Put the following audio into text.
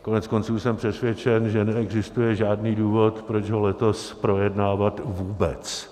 Koneckonců jsem přesvědčen, že neexistuje žádný důvod, proč ho letos projednávat vůbec.